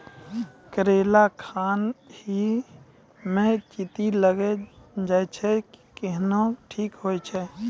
करेला खान ही मे चित्ती लागी जाए छै केहनो ठीक हो छ?